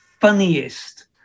funniest